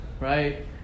right